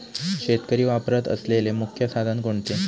शेतकरी वापरत असलेले मुख्य साधन कोणते?